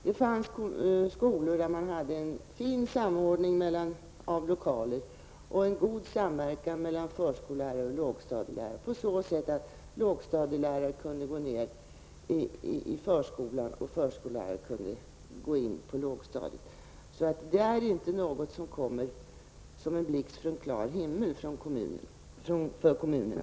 Det fanns skolor med en fin samordning av lokaler och en god samverkan mellan förskollärare och lågstadielärare på så sätt att lågstadielärare kunde gå till förskolan och förskolelärare gå toll lågstadiet. Detta är inte något som kommer som en blixt från en klar himmel för kommunerna.